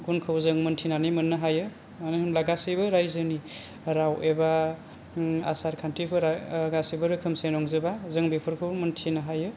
गुनखौ जों मोनथिनानै मोननो हायो मानो होनोब्ला गासैबो राइजोनि राव एबा आसार खान्थिफोरा गासैबो रोखोमसे नंजोबा जों बेफोरखौ मोनथिनो हायो